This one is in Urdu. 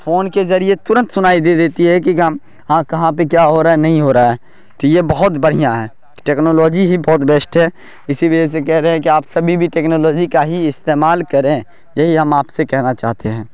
فون کے ذریعے تورنت سنائی دے دیتی ہے کہ ہاں کہاں پہ کیا ہو رہا ہے نہیں ہو رہا ہے تو یہ بہت بڑھیاں ہے ٹیکنالوجی ہی بہت بیسٹ ہے اسی وجہ سے کہہ رہے ہیں کہ آپ سبھی بھی ٹیکنالوجی کا ہی استعمال کریں یہی ہم آپ سے کہنا چاہتے ہیں